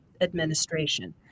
administration